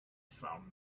found